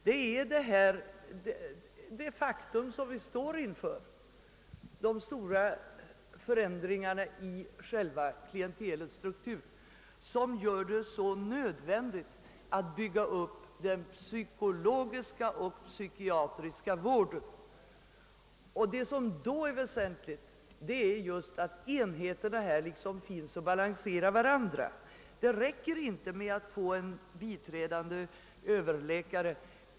De stora förändringarna i klientelets struktur är alltså ett faktum, som gör det nödvändigt att bygga ut den psykologiska och psykiatriska vården. Vad som därvid är väsentligt är just att enheterna balanserar varandra. Det räcker inte med att få en psykiater som biträdande överläkare.